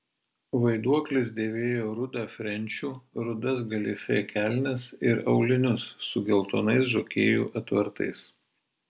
vaiduoklis dėvėjo rudą frenčių rudas galifė kelnes ir aulinius su geltonais žokėjų atvartais